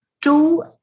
Two